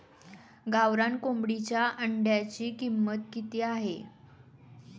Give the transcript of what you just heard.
गावरान कोंबडीच्या अंड्याची किंमत किती आहे?